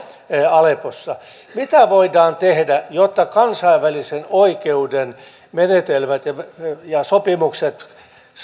aleppossa mitä voidaan tehdä jotta kansainvälisen oikeuden menetelmät ja ja sopimukset